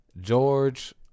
George